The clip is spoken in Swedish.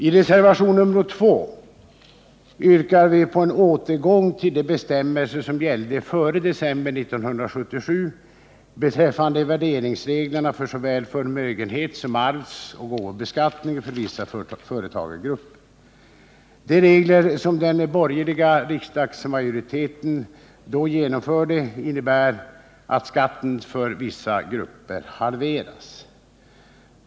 I reservationen 2 yrkar vi på en återgång till de bestämmelser som gällde före december 1977 beträffande värderingsreglerna för såväl förmögenhetssom arvsoch gåvobeskattningen för vissa företagargrupper. De regler som den borgerliga riksdagsmajoriteten då genomförde innebär att skatten för vissa grupper halveras.